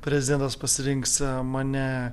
prezidentas pasirinks mane